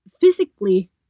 physically